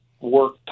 work